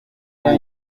bwa